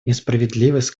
несправедливость